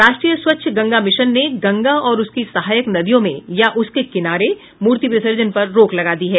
राष्ट्रीय स्वच्छ गंगा मिशन ने गंगा और उसकी सहायक नदियों में या उसके किनारे मूर्ति विसर्जन पर रोक लगा दी है